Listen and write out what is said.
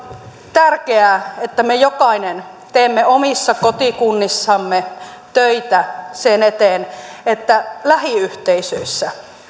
tärkeää että me jokainen teemme omissa kotikunnissamme töitä sen eteen että lähiyhteisöissä